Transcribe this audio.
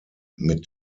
mit